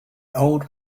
old